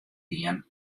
dien